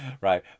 right